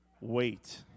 wait